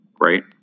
Right